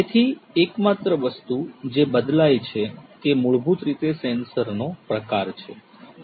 તેથી એકમાત્ર વસ્તુ જે બદલાય છે તે મૂળભૂત રીતે સેન્સરનો પ્રકાર છે જેનો ઉપયોગ કરવામાં આવશે